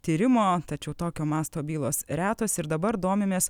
tyrimo tačiau tokio masto bylos retos ir dabar domimės